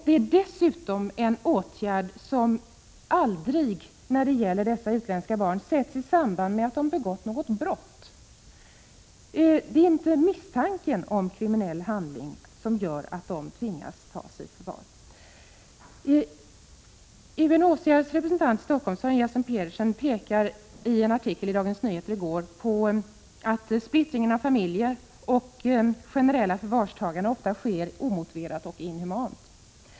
Det är dessutom en åtgärd som aldrig sätts i samband med att dessa utländska barn begått något brott. Det är inte misstanken om kriminell handling som gör att de tas i förvar. UNHCR:s representant i Stockholm, Sören Jessen-Petersen, pekade i en artikel i Dagens Nyheter i går på att splittringen av familjer och generella förvarstaganden ofta sker omotiverat och inhumant.